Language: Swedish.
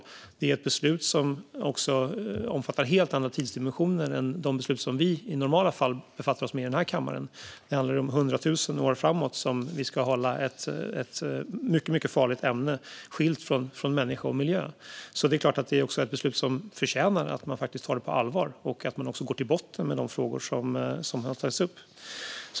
Det är också ett beslut som omfattar helt andra tidsdimensioner än de beslut som vi i normala fall befattar oss med i den här kammaren. Det handlar ju om hundra tusen år framåt som vi ska hålla ett mycket farligt ämne skilt från människa och miljö, så det är klart att det är ett beslut som förtjänar att man tar det på allvar och går till botten med de frågor som har tagits upp.